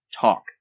talk